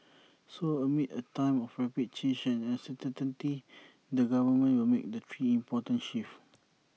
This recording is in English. so amid A time of rapid change and uncertainty the government will make the three important shifts